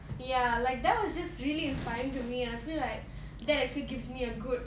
ya like that was just really inspiring to me and I feel like that actually gives me a good